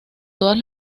todas